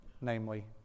Namely